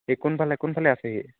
এই কোনফালে কোনফালে আছেহি